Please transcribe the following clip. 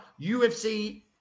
UFC